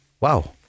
Wow